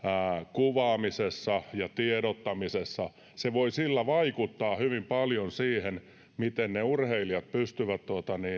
kuvaamisessa ja tiedottamisessa se voi vaikuttaa hyvin paljon siihen miten ne urheilijat pystyvät